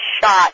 shot